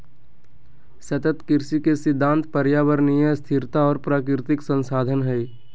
सतत कृषि के सिद्धांत पर्यावरणीय स्थिरता और प्राकृतिक संसाधन हइ